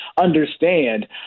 understand